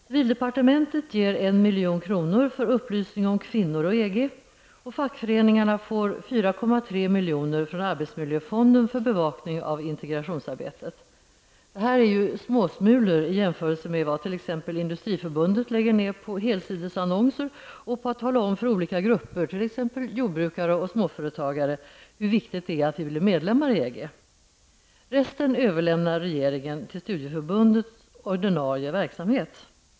Civildepartementet anslår 1 EG, och fackföreningarna får 4,3 miljoner från arbetsmiljöfonden för bevakning av integrationsarbetet. Det här är småsmulor i jämförelse med vad t.ex. Industriförbundet lägger ned på helsidesannonser och på insatser för att tala om för olika grupper, exempelvis jordbrukare och småföretagare, hur viktigt det är att vi blir medlemmar i EG. Resten överlämnar regeringen till studieförbundens ordinarie verksamhet.